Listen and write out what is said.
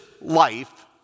life